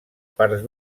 parts